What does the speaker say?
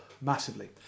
Massively